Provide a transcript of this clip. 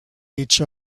each